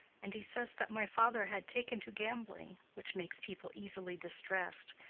and he says that my father had taken to gambling, which makes people easily distressed,